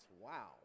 wow